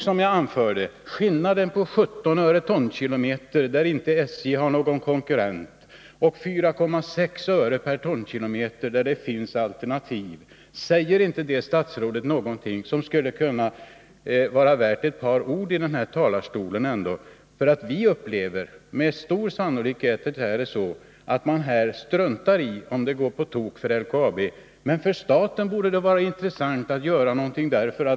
Säger inte skillnaden i pris — 17 öre per tonkilometer där SJ inte har någon konkurrent och 4,6 öre per tonkilometer där det finns alternativ — statsrådet någonting som skulle kunna vara värt ett par ord i talarstolen? Med stor sannolikhet struntar SJ i om det går på tok för LKAB, men för staten borde det vara intressant att göra någonting.